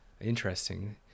interesting